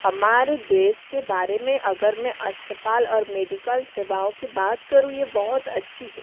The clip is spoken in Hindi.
हमारे देश के बारे में अगर मैं अस्तपाल और मेडिकल सेवाओं की बात करूँ ये बहुत अच्छी है